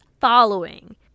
following